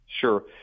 Sure